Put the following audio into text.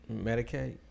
Medicaid